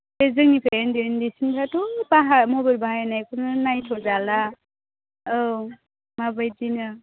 बे जोंनिफ्राय उन्दै उन्दैसिनहाथ' बाहा मबाइल बाहायनायखौनो नायथ'जाला औ माबादिनो